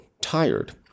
tired